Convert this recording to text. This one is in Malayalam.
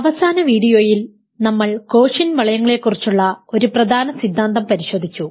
അവസാന വീഡിയോയിൽ നമ്മൾ കോഷ്യന്റ് വളയങ്ങളെക്കുറിച്ചുള്ള ഒരു പ്രധാന സിദ്ധാന്തം പരിശോധിച്ചു